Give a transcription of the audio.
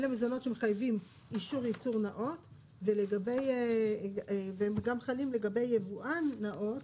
אלאה מזונות שמחייבים אישור ייצור נאות והם גם חלים לגבי יבואן נאות,